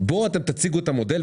בו תציגו את המודל.